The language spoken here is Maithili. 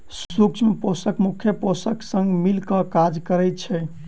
सूक्ष्म पोषक मुख्य पोषकक संग मिल क काज करैत छै